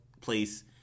place